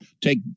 take